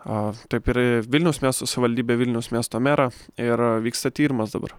aa taip ir vilniaus miesto savivaldybę vilniaus miesto merą ir vyksta tyrimas dabar